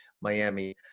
Miami